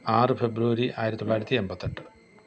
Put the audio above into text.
ആറ് ഫെബ്രുവരി ആയിരത്തി തൊള്ളായിരത്തി എൺപത്തെട്ട്